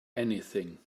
anything